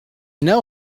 know